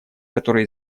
которое